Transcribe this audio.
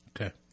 Okay